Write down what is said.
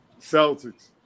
Celtics